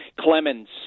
Clemens